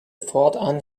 fortan